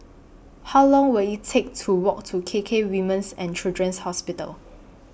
How Long Will IT Take to Walk to K K Women's and Children's Hospital